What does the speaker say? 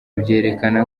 byerekana